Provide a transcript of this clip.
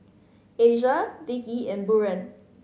Asia Vikki and Buren